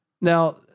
Now